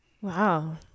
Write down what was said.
Wow